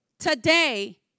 today